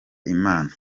imana